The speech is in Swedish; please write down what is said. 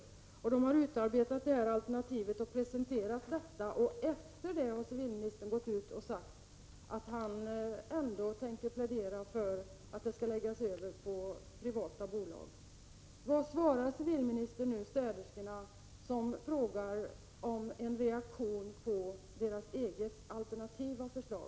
Lokalvårdarna har utarbetat sitt alternativ och presenterat detta, och därefter har civilministern gått ut och sagt att han ändå tänker plädera för att städningen skall läggas över på privata bolag. Vad svarar civilministern städerskorna, när de nu begär en reaktion på sitt alternativa förslag?